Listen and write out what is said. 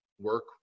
work